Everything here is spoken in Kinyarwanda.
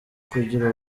kugira